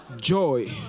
Joy